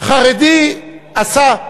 חרדי עשה.